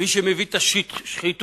מי שמביא את השחיתות